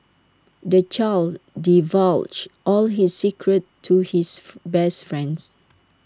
the child divulged all his secrets to his best friend